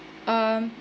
um